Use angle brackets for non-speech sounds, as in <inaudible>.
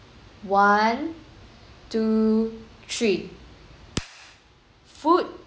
one two three <noise> food